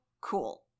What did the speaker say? cool